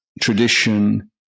tradition